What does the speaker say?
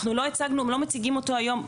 אנחנו לא מציגים אותו היום,